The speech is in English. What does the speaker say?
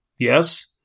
Yes